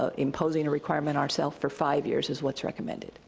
ah imposing a requirement ourselves for five years is what's recommended.